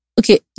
okay